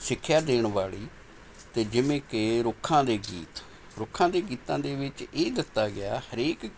ਸਿੱਖਿਆ ਦੇਣ ਵਾਲ਼ੀ ਅਤੇ ਜਿਵੇਂ ਕਿ ਰੁੱਖਾਂ ਦੇ ਗੀਤ ਰੁੱਖਾਂ ਦੇ ਗੀਤਾਂ ਦੇ ਵਿੱਚ ਇਹ ਦਿੱਤਾ ਗਿਆ ਹਰੇਕ